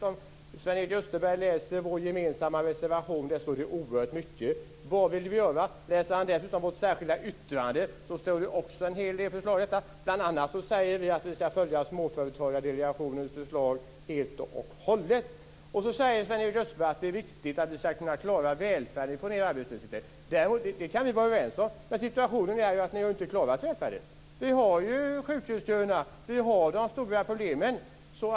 Om Sven-Erik Österberg läser vår gemensamma reservation ser han att där står oerhört mycket. Vad vill han göra? Läser han dessutom vårt särskilda yttrande ser han att där också finns en hel del förslag om detta. Bl.a. säger vi att vi ska följa Sven-Erik Österberg säger att det är viktigt att vi ska kunna klara välfärden och få ned arbetslösheten. Det kan vi vara överens om. Men situationen är sådan att ni inte har klarat välfärden! Vi har ju sjukhusköerna och de stora problemen.